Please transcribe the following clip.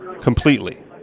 completely